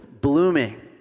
blooming